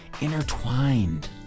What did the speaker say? intertwined